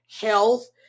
health